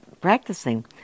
practicing